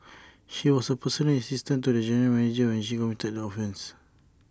she was A personal assistant to the general manager when she committed the offences